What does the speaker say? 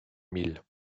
milles